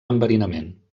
enverinament